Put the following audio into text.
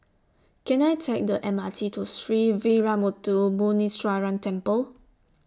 Can I Take The M R T to Sree Veeramuthu Muneeswaran Temple